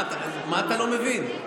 מה אתה לא מבין?